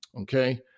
Okay